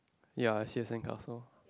ya I see a sandcastle